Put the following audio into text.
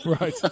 Right